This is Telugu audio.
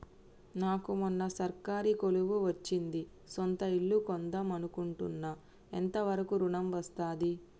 నాకు మొన్న సర్కారీ కొలువు వచ్చింది సొంత ఇల్లు కొన్దాం అనుకుంటున్నా ఎంత వరకు ఋణం వస్తది?